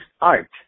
art